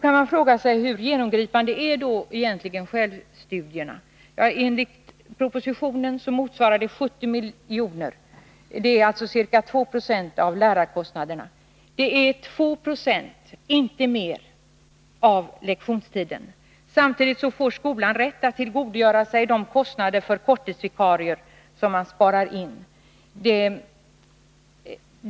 Man kan fråga sig: Hur genomgripande är egentligen förslaget om självstudierna? Ja, enligt propositionen motsvarar det 70 miljoner. Det är alltså ca 2 20 av lärarkostnaderna, och det är 2 20 — inte mer — av lektionstiden. Samtidigt får skolan rätt att tillgodogöra sig ett belopp som motsvarar de kostnader för korttidsvikarier som man sparar in.